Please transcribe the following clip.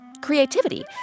creativity